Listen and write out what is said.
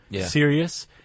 serious